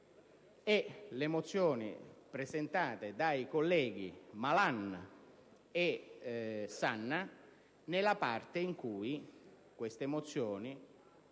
delle mozioni presentate dai colleghi Malan e Sanna, nella parte in cui chiedono